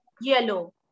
yellow